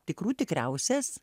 tikrų tikriausias